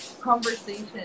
conversation